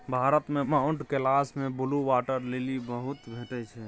भारत मे माउंट कैलाश मे blue water lily बहुत भेटै छै